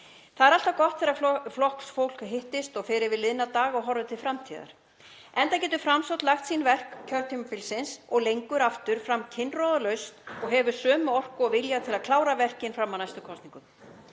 Það er alltaf gott þegar flokksfólk hittist og fer yfir liðna daga og horfir til framtíðar enda getur Framsókn lagt sín verk á kjörtímabilinu og lengra aftur kinnroðalaust fram og hefur sömu orku og vilja til að klára verkin fram að næstu kosningum.